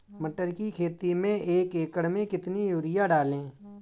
मटर की खेती में एक एकड़ में कितनी यूरिया डालें?